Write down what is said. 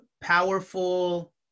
powerful